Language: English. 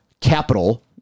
capital